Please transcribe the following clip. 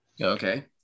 Okay